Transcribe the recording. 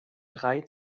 drei